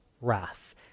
wrath